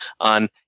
on